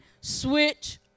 switch